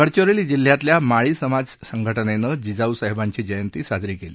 गडचिरोली जिल्ह्यातल्या माळी समाज संघटनेनं जिजाऊ साहेबांची जयंती साजरी करण्यात आली